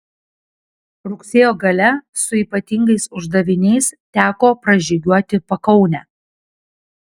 rugsėjo gale su ypatingais uždaviniais teko pražygiuoti pakaunę